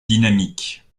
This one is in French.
dynamiques